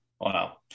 Wow